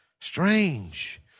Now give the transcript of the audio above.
Strange